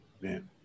man